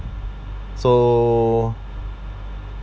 so